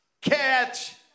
catch